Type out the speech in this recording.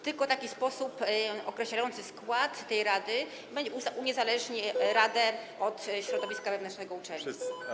Tylko taki sposób określający skład tej rady uniezależni radę od środowiska wewnętrznego uczelni.